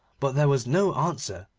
but there was no answer.